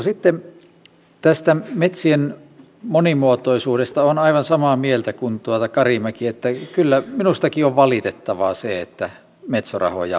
sitten tästä metsien monimuotoisuudesta olen aivan samaa mieltä kuin karimäki että kyllä minustakin on valitettavaa se että metso rahoja on vähemmän